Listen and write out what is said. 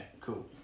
cool